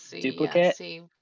duplicate